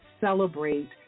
celebrate